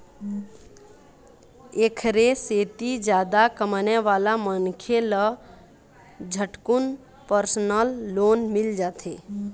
एखरे सेती जादा कमाने वाला मनखे ल झटकुन परसनल लोन मिल जाथे